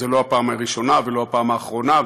זו לא הפעם הראשונה ולא הפעם האחרונה,